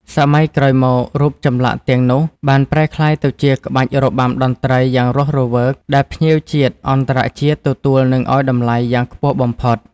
សម័យក្រោយមករូបចម្លាក់ទាំង នោះបានប្រែក្លាយទៅជាក្បាច់របាំតន្ត្រីយ៉ាងរស់រវើកដែលភ្ញៀវជាតិអន្តរជាតិទទួលនិងឱ្យតម្លៃ យ៉ាងខ្ពស់បំផុត។